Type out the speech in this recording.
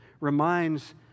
reminds